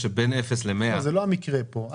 זה לא המקרה כאן.